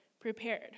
prepared